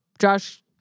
Josh